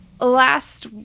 last